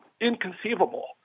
inconceivable